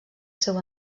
seu